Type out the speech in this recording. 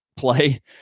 Play